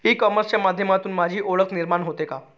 E कॉमर्सच्या माध्यमातून माझी ओळख निर्माण होते का?